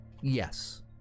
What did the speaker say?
yes